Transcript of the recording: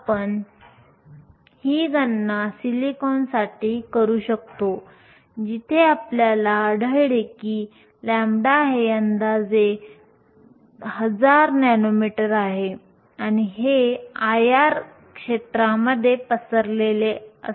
आपण ही गणना सिलिकॉनसाठी करू शकतो जिथे आपल्याला आढळले की λ हे अंदाजे 1000 नॅनोमीटर आहे आणि हे IR क्षेत्रामध्ये पसरलेले असते